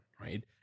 right